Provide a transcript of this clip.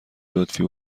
لطفی